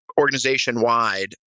organization-wide